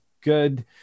good